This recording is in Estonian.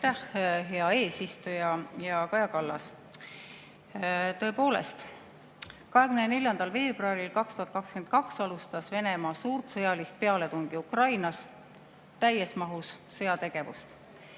hea eesistuja! Hea Kaja Kallas! Tõepoolest, 24. veebruaril 2022 alustas Venemaa suurt sõjalist pealetungi Ukrainas, täies mahus sõjategevust.